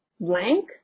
blank